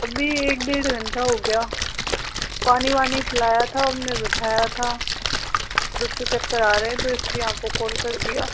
अभी एक डेढ़ घंटा हो गया पानी वानी पिलाया था हमने बिठाया था उसको चक्कर आ रहे हैं तो आपको कॉल कर दिया